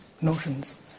notions